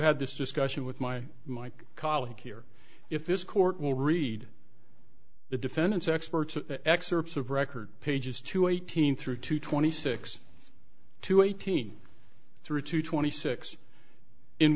had this discussion with my mike colleague here if this court will read the defense experts excerpts of record pages to eighteen through to twenty six to eighteen through to twenty six in